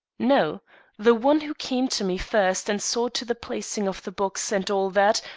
no the one who came to me first and saw to the placing of the box and all that,